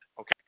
Okay